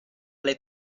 alle